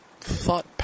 thought